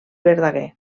verdaguer